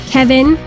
Kevin